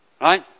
Right